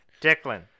Declan